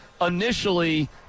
initially